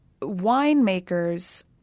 winemakers